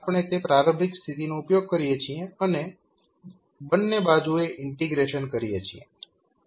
આપણે તે પ્રારંભિક સ્થિતિનો ઉપયોગ કરીએ છીએ અને બંને બાજુએ ઇન્ટિગ્રેશન કરીએ છીએ